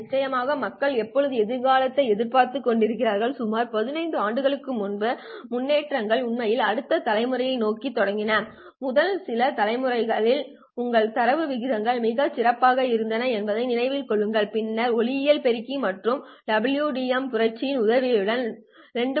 நிச்சயமாக மக்கள் எப்போதும் எதிர்காலத்தை எதிர்பார்த்துக் கொண்டிருக்கிறார்கள் சுமார் 15 ஆண்டுகளுக்கு முன்பு முன்னேற்றங்கள் உண்மையில் அடுத்த தலைமுறையை நோக்கித் தொடங்கின முதல் சில தலைமுறைகளில் உங்கள் தரவு விகிதங்கள் மிகச் சிறியதாக இருந்தன என்பதை நினைவில் கொள்ளுங்கள் பின்னர் ஒளியியல் பெருக்கி மற்றும் WDM புரட்சியின் உதவியுடன் 2